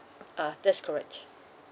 uh that's correct